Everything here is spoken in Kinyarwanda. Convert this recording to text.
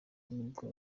nibwo